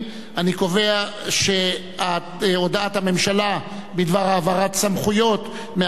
אני קובע שהודעת הממשלה בדבר העברת סמכויות משר